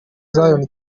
zion